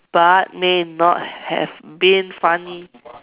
but may not have been funny